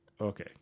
okay